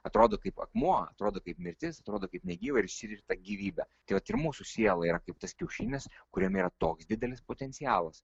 atrodo kaip akmuo atrodo kaip mirtis atrodo kaip negyva išsirita gyvybė tai vat ir mūsų siela yra kaip tas kiaušinis kuriame yra toks didelis potencialas